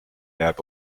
jääb